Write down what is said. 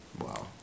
Wow